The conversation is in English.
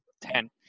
ten